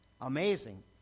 Amazing